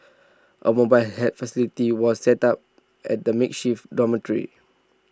A mobile help facility was set up at the makeshift dormitory